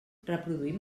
reproduïm